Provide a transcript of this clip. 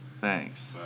Thanks